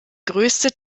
größte